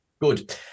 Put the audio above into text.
good